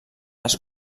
les